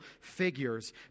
figures